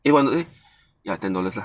eh ya ten dollars lah